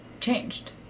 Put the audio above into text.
changed